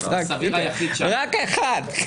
רק אחד.